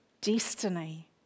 destiny